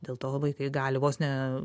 dėl to vaikai gali vos ne